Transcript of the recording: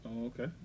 Okay